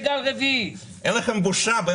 אין לכם בושה.